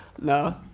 No